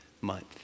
month